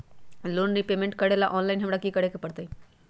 Loan repayment करेला online हमरा की करे के परतई?